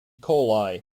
coli